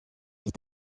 est